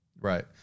Right